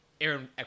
Aaron